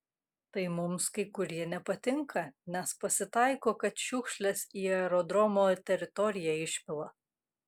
tai mums kai kurie nepatinka nes pasitaiko kad šiukšles į aerodromo teritoriją išpila